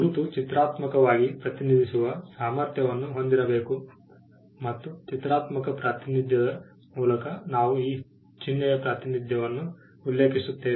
ಗುರುತು ಚಿತ್ರಾತ್ಮಕವಾಗಿ ಪ್ರತಿನಿಧಿಸುವ ಸಾಮರ್ಥ್ಯವನ್ನು ಹೊಂದಿರಬೇಕು ಮತ್ತು ಚಿತ್ರಾತ್ಮಕ ಪ್ರಾತಿನಿಧ್ಯದ ಮೂಲಕ ನಾವು ಈ ಚಿಹ್ನೆಯ ಪ್ರಾತಿನಿಧ್ಯವನ್ನು ಉಲ್ಲೇಖಿಸುತ್ತೇವೆ